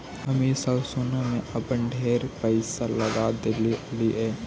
हम ई साल सोने में अपन ढेर पईसा लगा देलिअई हे